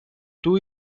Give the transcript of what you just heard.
two